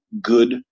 good